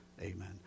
Amen